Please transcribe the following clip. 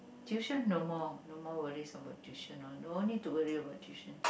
tuition no more no more worries about tuition no need worry about tuition